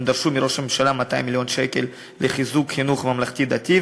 הם דרשו מראש הממשלה 200 מיליון שקל לחיזוק החינוך הממלכתי-דתי,